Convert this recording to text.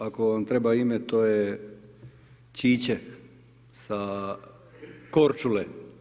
Ako vam treba ime, to je Ćiće sa Korčule.